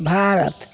Bharat